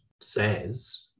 says